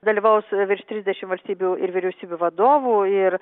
dalyvaus virš trisdešimt valstybių ir vyriausybių vadovų ir